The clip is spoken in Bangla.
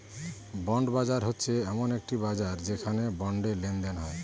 বন্ড বাজার হচ্ছে এমন একটি বাজার যেখানে বন্ডে লেনদেন হয়